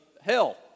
hell